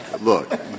Look